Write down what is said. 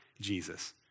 Jesus